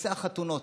נושא החתונות,